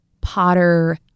Potter